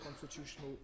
constitutional